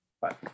Bye